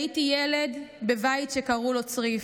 / הייתי ילד, בבית שקראו לו צריף,